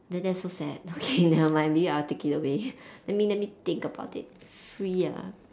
that that's so sad okay never mind maybe I will take it away let me let me think about it free ah